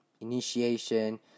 Initiation